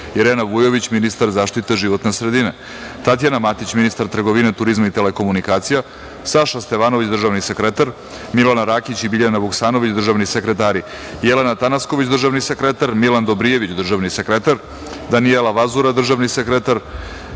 Irena Vujović, ministar zaštite životne sredine, Tatjana Matić, ministar trgovine, turizma i telekomunikacija, Saša Stevanović, državni sekretar, Milena Rakić i Biljana Vuksanović, državni sekretari, Jelena Tanasković, državni sekretar, Milan Dobrijević, državni sekretar, Danijela Vazura, državni sekretar,